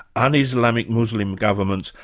un-islamic muslim governments,